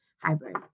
hybrid